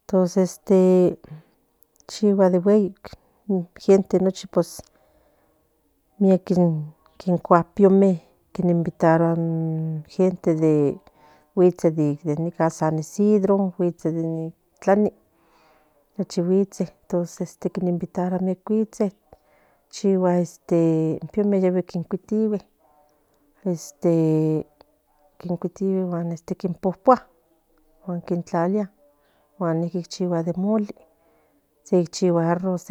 entonces este chigua de wey in gente miek kinkua piome gente de guistsi de sanisidro de itlani nochi guitse invitaría chigua in piome ticuiti in popue tlalia in mole sequi chigua mole guan arroz